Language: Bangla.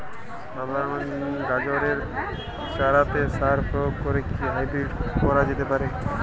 সাধারণ গাজরের চারাতে সার প্রয়োগ করে কি হাইব্রীড করা যেতে পারে?